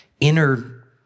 inner